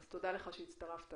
תודה לך שהצטרפת.